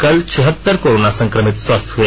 कल छिहत्तर कोरोना सक़मित स्वस्थ हुए